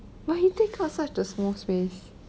but he takes up such a small space